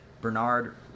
Bernard